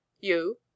You